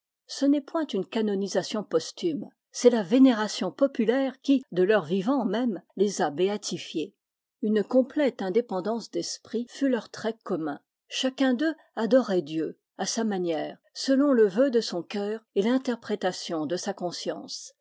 ce n'est point une canonisation posthume c'est la vénération populaire qui de leur vivant même les a béatifiés une complète indépendance d'esprit fut leur trait commun chacun d'eux adorait dieu à sa manière selon le vœu de son cœur et l'interprétation de sa conscience